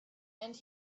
and